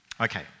Okay